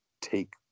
take